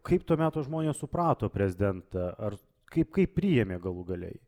kaip to meto žmonės suprato prezidentą ar kaip kaip priėmė galų gale jį